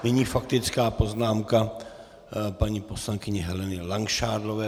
Nyní faktická poznámka paní poslankyně Heleny Langšádlová.